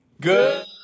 Good